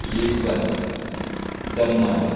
Lisbon Daman